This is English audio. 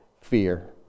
fear